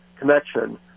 connection